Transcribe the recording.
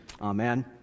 Amen